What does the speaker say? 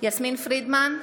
יסמין פרידמן,